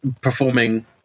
performing